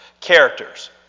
Characters